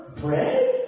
bread